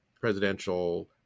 presidential